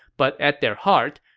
but at their heart,